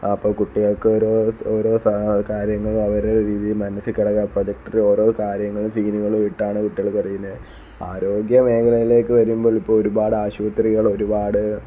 ആ അപ്പോൾ കുട്ടികള്ക്ക് ഓരോ ഓരോ സാ കാര്യങ്ങളും അവരുടെ രീതിയില് മനസ്സില് കിടക്കുവാ പ്രൊജക്റ്ററില് ഓരോ കാര്യങ്ങളും സീനുകളും ഇട്ടാണ് കുട്ടികൾ പഠിക്കുന്നത് ആരോഗ്യ മേഖലയിലേക്ക് വരുമ്പോള് ഇപ്പോൾ ഒരുപാട് ആശുപത്രികള് ഒരുപാട്